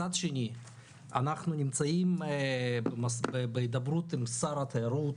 מצד שני אנחנו נמצאים בהידברות עם שר התיירות,